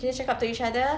kita cakap to each other